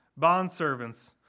Bondservants